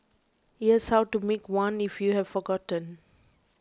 here's how to make one if you have forgotten